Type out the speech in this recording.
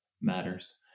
matters